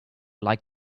like